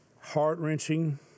heart-wrenching